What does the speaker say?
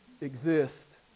exist